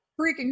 freaking